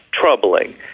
troubling